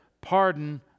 pardon